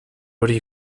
hori